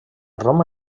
roma